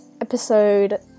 episode